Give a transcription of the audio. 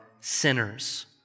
sinners